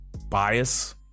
bias